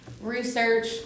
Research